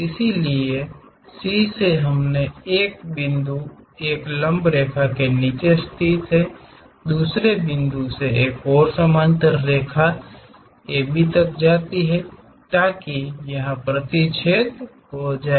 इसलिए सी से हमने 1 बिन्दु एक लंब रेखा के नीचे स्थित है 2 बिन्दु से एक और समानांतर रेखा AB तक जाती है ताकि वह यहां प्रतिच्छेद हो जाए